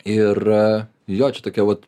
ir jo čia tokia vat